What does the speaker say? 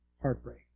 Heartbreak